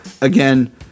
again